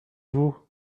vous